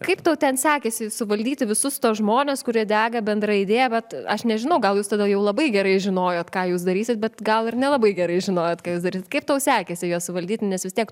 kaip tau ten sekėsi suvaldyti visus tuos žmones kurie dega bendra idėja bet aš nežinau gal jūs tada jau labai gerai žinojot ką jūs darysit bet gal ir nelabai gerai žinojot ką jūs darysit kaip tau sekėsi juos valdyt nes vis tiek